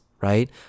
Right